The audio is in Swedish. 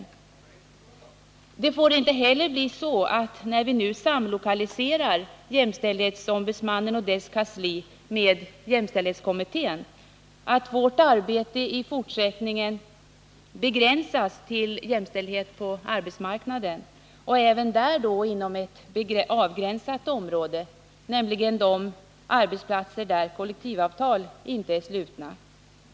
Så får det inte bli och inte heller så att vårt arbete, när vi samlokaliserar jämställdhetsombudsmannen och dennes kansli med jämställdhetskommittén, vårt arbete i fortsättningen begränsas till jämställdhet på arbetsmarknaden och där inom ett avgränsat område, nämligen de arbetsplatser där kollektivavtal inte är slutna.